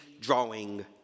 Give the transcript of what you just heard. drawing